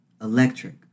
electric